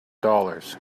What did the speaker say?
dollars